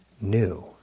new